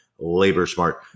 LaborSmart